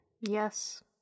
Yes